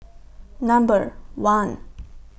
Number one